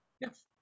yes